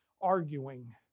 arguing